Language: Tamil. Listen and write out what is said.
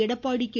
எடப்பாடி கே